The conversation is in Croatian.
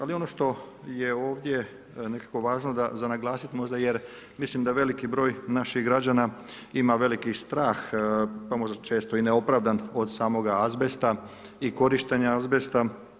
Ali ono što je ovdje nekako važno za naglasiti možda jer mislim da veliki broj naših građana ima veliki strah pa možda često i neopravdan od samoga azbesta i korištenja azbesta.